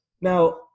Now